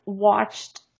watched